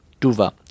duva